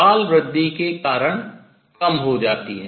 काल वृद्धि के कारण कम हो जाती है